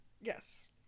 Yes